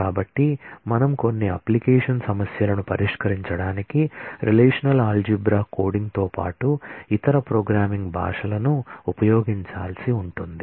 కాబట్టి మనం కొన్ని అప్లికేషన్ సమస్యలను పరిష్కరించడానికి రిలేషనల్ ఆల్జీబ్రా కోడింగ్ తో పాటు ఇతర ప్రోగ్రామింగ్ భాషలను ఉపయోగించాల్సి ఉంటుంది